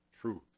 truth